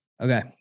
Okay